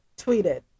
tweeted